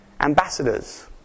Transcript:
Ambassadors